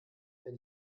wenn